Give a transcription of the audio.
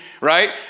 right